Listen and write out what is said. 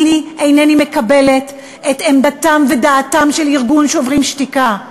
אני אינני מקבלת את עמדתם ודעתם של ארגון "שוברים שתיקה";